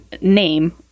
name